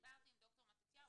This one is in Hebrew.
דיברתי עם ד"ר מתתיהו,